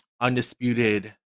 undisputed